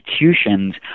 institutions